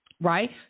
right